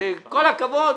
כל הכבוד,